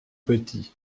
petit